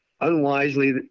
unwisely